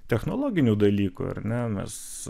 technologinių dalykų ar ne mes